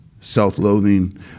self-loathing